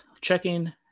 checking